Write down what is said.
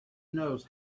knows